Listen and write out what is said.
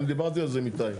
אני דיברתי על זה עם איתי.